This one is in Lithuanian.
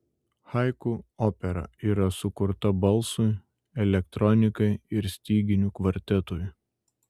haiku opera yra sukurta balsui elektronikai ir styginių kvartetui